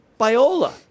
Biola